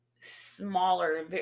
smaller